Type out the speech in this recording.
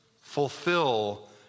fulfill